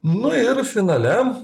nu ir finale